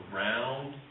round